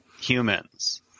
humans